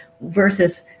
versus